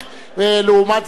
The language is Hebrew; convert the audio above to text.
ולעומת זאת גם,